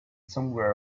somewhere